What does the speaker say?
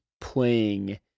playing